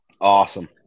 awesome